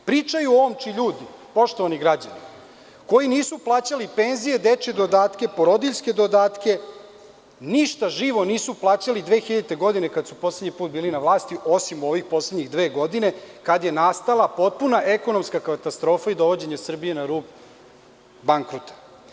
Pričaju o omči ljudi, poštovani građani, koji nisu plaćali penzije, dečije dodatke, porodiljske dodatke, ništa živo nisu plaćali 2000-te godine kada su poslednji put bili na vlasti, osim u ove poslednje dve godine kada je nastala potpuna ekonomska katastrofa i dovođenje Srbije na rub bankrota.